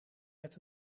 met